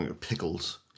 pickles